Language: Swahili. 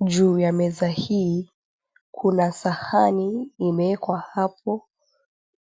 Juu ya meza hii kuna sahani imewekwa hapo.